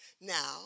Now